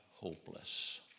hopeless